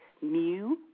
mu